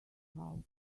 house